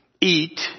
eat